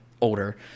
older